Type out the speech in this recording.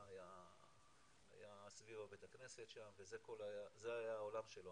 היה סביב בית הכנסת שם וזה היה העולם שלו,